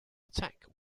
attack